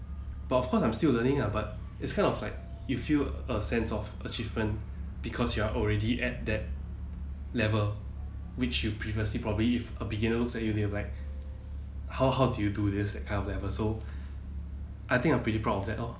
but of course I'm still learning lah but it's kind of like you feel a sense of achievement because you are already at that level which you previously probably if a beginner looks at you and be like how how do you do this that kind of level so I think I'm pretty proud of that lor